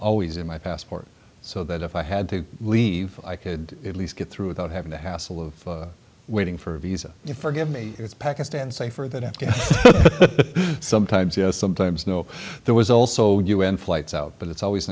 always in my passport so that if i had to leave i could at least get through without having the hassle of waiting for a visa you forgive me it's pakistan safer that afghans sometimes yes sometimes no there was also un flights out but it's always